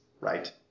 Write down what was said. right